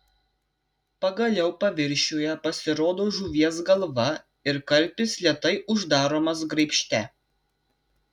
pagaliau paviršiuje pasirodo žuvies galva ir karpis lėtai uždaromas graibšte